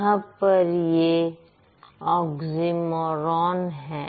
यहां पर यह ऑक्सीमोरोन है